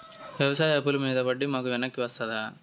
వ్యవసాయ అప్పుల మీద వడ్డీ మాకు వెనక్కి వస్తదా?